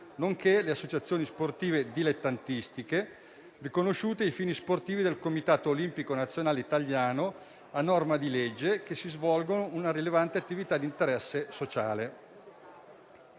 nonché le associazioni sportive dilettantistiche riconosciute ai fini sportivi dal Comitato olimpico nazionale italiano a norma di legge, che svolgano una rilevante attività di interesse sociale.